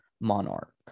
monarch